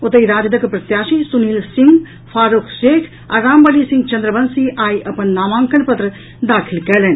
ओतहि राजदक प्रत्याशी सुनील सिंह फारूख शेख आ रामबलि सिंह चंद्रवंशी आई अपन नामांकन पत्र दाखिल कयलनि